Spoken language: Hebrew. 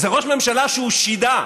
זה ראש ממשלה שהוא שידה.